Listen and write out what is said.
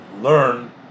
learn